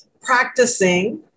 practicing